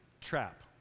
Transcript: trap